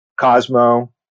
Cosmo